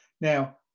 Now